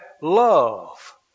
love